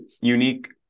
unique